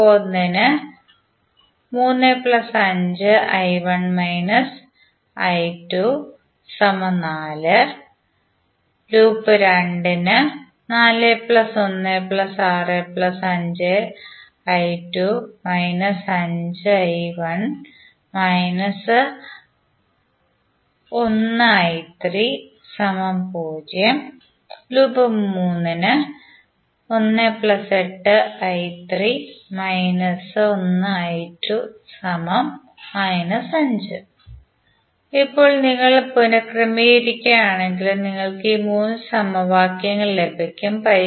loop 1 ന് 3 5I1 − I2 4 loop 2 ന് 4 1 6 5I2 − I1 − I3 0 loop 3 ന് 1 8I3 − I2 −5 ഇപ്പോൾ നിങ്ങൾ പുനർക്രമീകരിക്കുകയാണെങ്കിൽ നിങ്ങൾക്ക് ഈ 3 സമവാക്യങ്ങൾ ലഭിക്കും